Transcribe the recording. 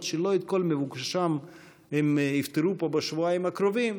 שלא את כל מבוקשם הם יפתרו פה בשבועיים הקרובים,